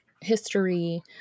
history